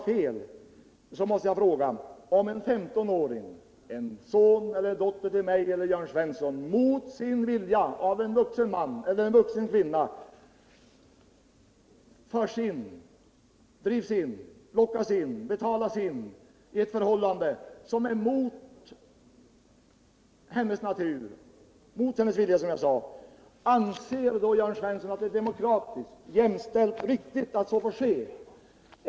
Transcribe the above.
Jag måste fråga: Om en 15-åring, en son eller dotter till mig eller Jörn Svensson, mot sin vilja av en vuxen man eller kvinna förs in, drivs in, lockas in, betalas in i ett förhållande som är emot hennes eller hans natur och vilja — anser då Jörn Svensson att det är demokratiskt, jämställt och riktigt att så får ske?